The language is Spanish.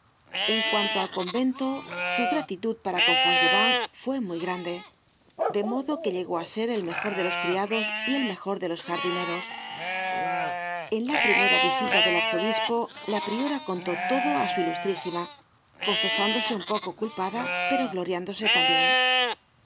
en cuanto al convento su gratitud para con fauchelevent fue muy grande de modo que llegó á ser el mejor de los criados y el mejor de los jardineros en la primera visita del arzobispo la priora contó todo á su ilustrísima confesándose un poco culpada pero gloriándose tambien el